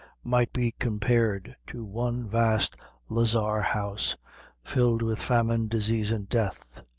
might be compared to one vast lazar-house filled with famine, disease and death.